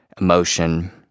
emotion